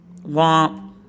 Womp